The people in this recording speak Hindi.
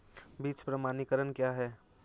बीज प्रमाणीकरण क्या है?